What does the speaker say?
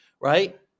right